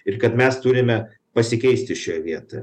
ir kad mes turime pasikeisti šioje vietoje